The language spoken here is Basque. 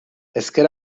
ezker